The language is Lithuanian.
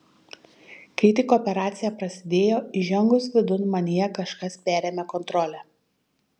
kai tik operacija prasidėjo įžengus vidun manyje kažkas perėmė kontrolę